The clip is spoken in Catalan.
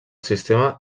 sistema